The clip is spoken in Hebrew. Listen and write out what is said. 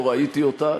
לא ראיתי אותה.